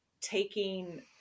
taking